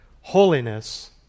holiness